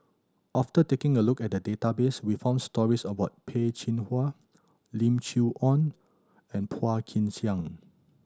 after taking a look at the database we found stories about Peh Chin Hua Lim Chee Onn and Phua Kin Siang